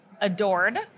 adored